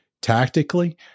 tactically